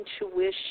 intuition